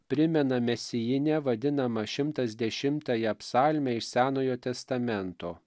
primena mesijine vadinamą šimtas dešimtąją psalmę iš senojo testamento